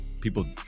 people